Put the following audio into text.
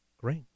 Great